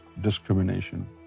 discrimination